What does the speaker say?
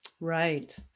Right